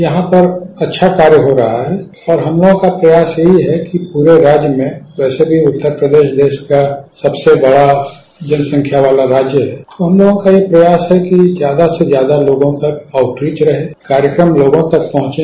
यहां पर अच्छा कार्य हो रहा है और हम लोगों का प्रयास यही है कि पूरे राज्य में वैसे भी उत्तर प्रदेश देश का सबसे बड़ा जनसंख्या वाला राज्य है तो हम लोगों का यह प्रयास है कि ज्यादा से ज्यादा लोगों तक आउटरीच रहे कार्यक्रम लोगों तक पहुंचे